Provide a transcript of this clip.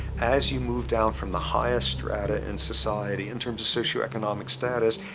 as you move down from the highest strata in society in terms of socioeconomic status,